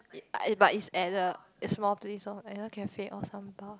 I but is at a small place lor either cafe or some bar